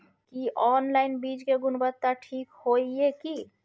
की online बीज के गुणवत्ता ठीक होय ये की?